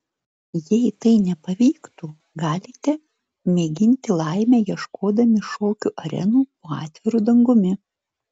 jei tai nepavyktų galite mėginti laimę ieškodami šokių arenų po atviru dangumi